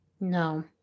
No